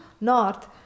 north